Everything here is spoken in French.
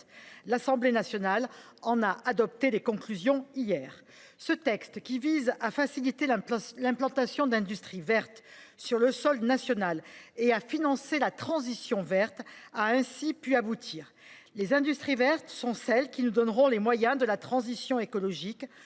L’Assemblée nationale en a adopté les conclusions hier. Ce texte, qui vise à faciliter l’implantation d’industries vertes sur le sol national et à financer la transition verte a ainsi pu aboutir. Les industries vertes sont celles qui nous donneront les moyens de la transition écologique,